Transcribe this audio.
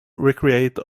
recreate